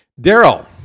Daryl